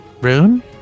Rune